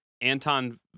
Anton